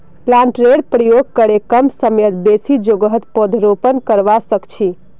प्लांटरेर प्रयोग करे कम समयत बेसी जोगहत पौधरोपण करवा सख छी